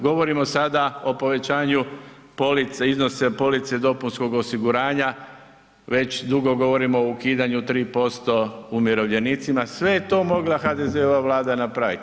Govorimo sada o povećanju iznosa police dopunskog osiguranja, već dugo govorimo o ukidanju 3% umirovljenicima, sve je to mogla HDZ-ova Vlada napraviti.